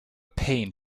pain